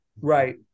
right